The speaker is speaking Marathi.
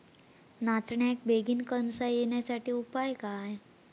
नाचण्याक बेगीन कणसा येण्यासाठी उपाय काय?